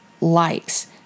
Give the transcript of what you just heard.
likes